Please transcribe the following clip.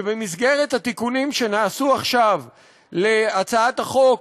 שבמסגרת התיקונים שנעשו עכשיו להצעת החוק,